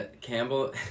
Campbell